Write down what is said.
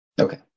Okay